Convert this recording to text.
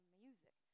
music